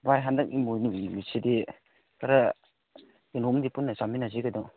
ꯚꯥꯏ ꯍꯟꯗꯛ ꯏꯃꯣꯏꯅꯨꯒꯤꯁꯤꯗꯤ ꯈꯔ ꯀꯩꯅꯣ ꯑꯃꯗꯤ ꯄꯨꯟꯅ ꯆꯥꯃꯤꯟꯅꯁꯤ ꯀꯩꯅꯣ